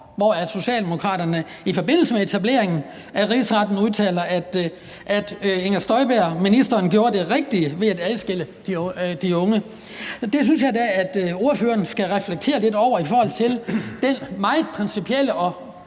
hvor Socialdemokraterne i forbindelse med etableringen af rigsretssagen udtalte, at ministeren Inger Støjberg gjorde det rigtige ved at adskille de unge. Og det synes jeg da at ordføreren skal reflektere lidt over i forhold til den meget principielle og